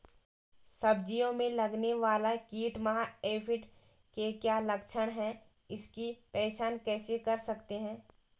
सब्जियों में लगने वाला कीट माह एफिड के क्या लक्षण हैं इसकी पहचान कैसे कर सकते हैं?